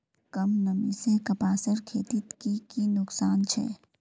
कम नमी से कपासेर खेतीत की की नुकसान छे?